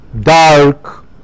dark